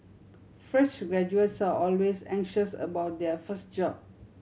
fresh graduates are always anxious about their first job